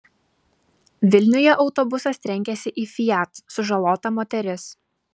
vilniuje autobusas trenkėsi į fiat sužalota moteris